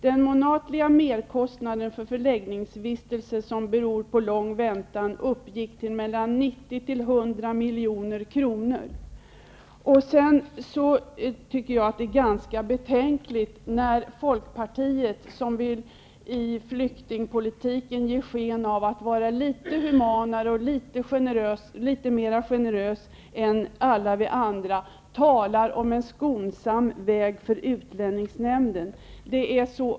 Den månatliga merkostnaden för förläggningsvistelse som beror på lång väntan uppgick till mellan 90 och 100 milj.kr. Det är ganska betänkligt när Folkpartiet, som i flyktingpolitiken vill ge sken av att vara litet humanare och litet mera generöst än alla vi andra, talar om en skonsam väg för utlänningsnämnden.